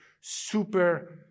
super